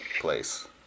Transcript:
place